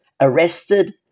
arrested